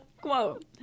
Quote